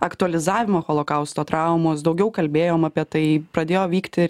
aktualizavimą holokausto traumos daugiau kalbėjom apie tai pradėjo vykti ir